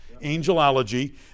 Angelology